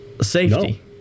safety